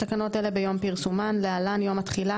תחילתן של תקנות אלה ביום פרסומן (להלן יום התחילה).